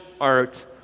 art